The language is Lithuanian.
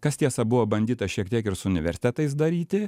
kas tiesa buvo bandyta šiek tiek ir su universitetais daryti